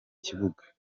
kibuga